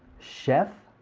chef?